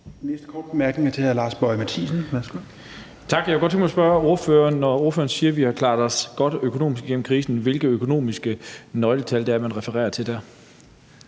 næste korte bemærkning er til hr. Lars Boje Mathiesen.